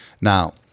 Now